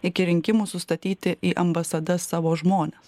iki rinkimų sustatyti į ambasadas savo žmones